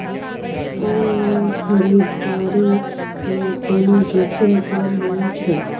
Online खरीददारी में कोनो जोखिम त नय छै?